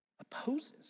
Opposes